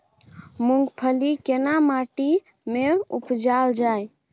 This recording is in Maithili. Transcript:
मूंगफली केना माटी में उपजायल जाय?